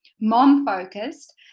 mom-focused